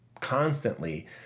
constantly